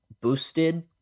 boosted